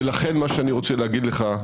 ולכן מה שאני רוצה להגיד לך,